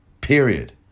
period